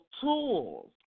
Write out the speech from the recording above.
tools